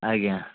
ଆଜ୍ଞା